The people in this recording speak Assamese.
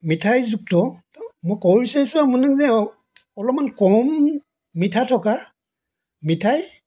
মিঠাইযুক্ত মই ক'ব বিচাৰিছো আপোনাক যে অলপমান কম মিঠা থকা মিঠাই